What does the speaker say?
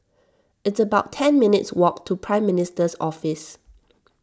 it's about ten minutes' walk to Prime Minister's Office